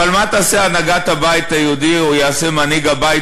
אבל מה תעשה הנהגת הבית היהודי או יעשה מנהיג הבית